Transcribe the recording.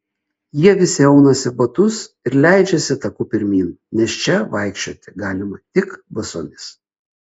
jie visi aunasi batus ir leidžiasi taku pirmyn nes čia vaikščioti galima tik basomis